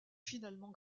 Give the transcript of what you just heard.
finalement